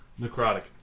Necrotic